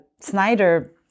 Snyder